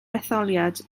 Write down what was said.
etholiad